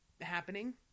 happening